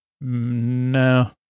No